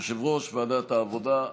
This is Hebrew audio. יושב-ראש ועדת העבודה,